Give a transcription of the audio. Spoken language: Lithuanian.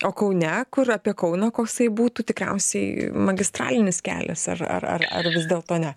o kaune kur apie kauną koksai būtų tikriausiai magistralinis kelias ar ar ar ar vis dėlto ne